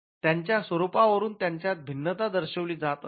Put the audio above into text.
त्यांच्या स्वरुपावरुन त्यांच्यात भिन्नता दर्शवली जात असते